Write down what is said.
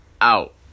out